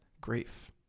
grief